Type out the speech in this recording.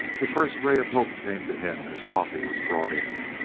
the first ray of hope came to him as coffee was brought in.